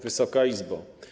Wysoka Izbo!